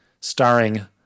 starring